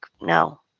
no